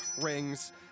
rings